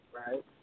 right